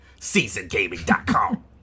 SeasonGaming.com